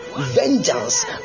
vengeance